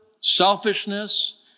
selfishness